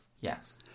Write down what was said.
Yes